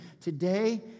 today